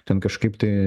ten kažkaip tai